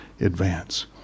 advance